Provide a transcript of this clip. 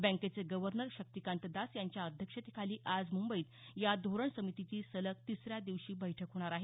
बँकेचे गवर्नर शक्तिंकात दास यांच्या अध्यक्षतेखाली आज मुंबईत या धोरण समितीची सलग तिसऱ्या दिवशी बैठक होणार आहे